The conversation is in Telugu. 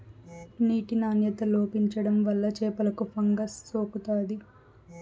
నీటి నాణ్యత లోపించడం వల్ల చేపలకు ఫంగస్ సోకుతాది